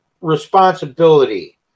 responsibility